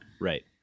Right